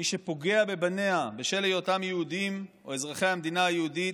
מי שפוגע בבניה בשל היותם יהודים או אזרחי המדינה היהודית,